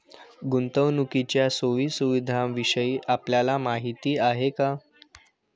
गुंतवणुकीच्या सोयी सुविधांविषयी आपल्याला माहिती आहे का?